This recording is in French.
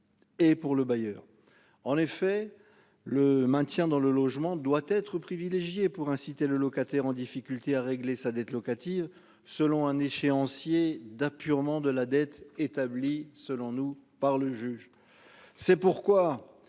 Et pour le bailleur. En effet le maintien dans le logement doit être privilégié pour inciter le locataire en difficulté à régler sa dette locative selon un échéancier d'apurement de la dette établie selon nous par le juge.